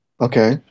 Okay